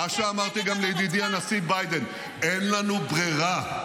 מה שאמרתי גם לידידי הנשיא ביידן: אין לנו ברירה,